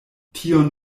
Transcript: tion